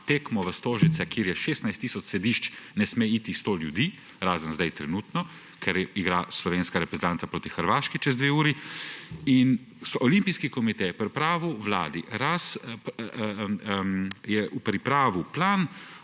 tekmo v Stožice, kjer je 16 tisoč sedišč, ne sme iti sto ljudi, razen zdaj trenutno, ker igra slovenska reprezentanca proti Hrvaški čez dve uri. In Olimpijske komite je pripravil Vladi plan odpiranja